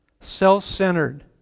self-centered